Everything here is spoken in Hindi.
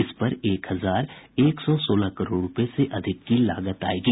इस पर एक हजार एक सौ सोलह करोड़ रूपये से अधिक की लागत आयेगी